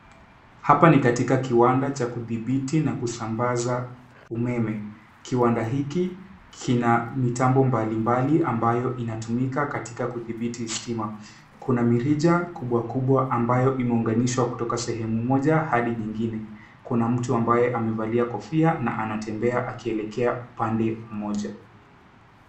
Hapa ni katika kiwanda cha kudhibiti na kusambaza umeme. Kiwanda hiki kina mitambo mbalimbali ambayo inatumika katika kudhibiti stima. Kuna mirija kubwa kubwa ambayo imeunganishwa kutoka sehemu moja hadi nyingine. Kuna mtu ambaye amevalia kofia na anatembea akielekea upande mmoja.